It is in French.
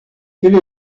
quelle